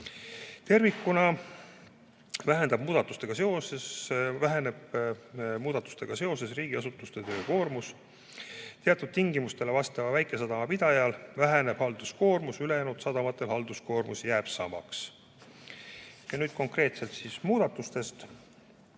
Tervikuna väheneb muudatustega seoses riigiasutuste töökoormus. Teatud tingimustele vastava väikesadama pidajal väheneb halduskoormus, ülejäänud sadamate halduskoormus jääb samaks. Nüüd konkreetselt muudatustest.